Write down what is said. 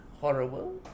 horrible